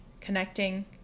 connecting